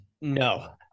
no